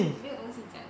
没有东西讲